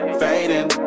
fading